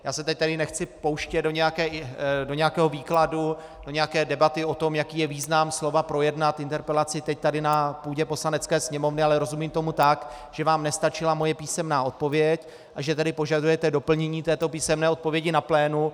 Já se teď tady nechci pouštět do nějakého výkladu, do nějaké debaty o tom, jaký je význam slova projednat interpelaci, teď tady na půdě Poslanecké sněmovny, ale rozumím tomu tak, že vám nestačila moje písemná odpověď, a že tedy požadujete doplnění této písemné odpovědi na plénu.